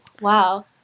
Wow